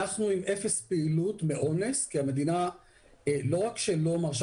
אנחנו עם אפס פעילות מאונס כי המדינה לא רק שלא מרשה